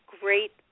great